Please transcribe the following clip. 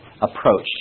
approach